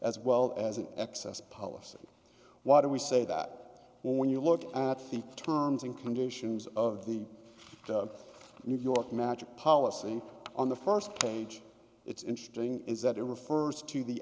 as well as an excess policy why don't we say that when you look at the terms and conditions of the new york magic policy on the first page it's interesting is that it refers to the